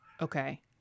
Okay